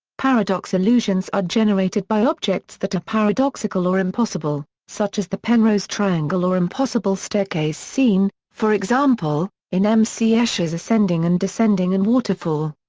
paradox illusions are generated by objects that are paradoxical or impossible, such as the penrose triangle or impossible staircase seen, for example, in m c. escher's ascending and descending and waterfall.